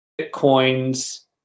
Bitcoin's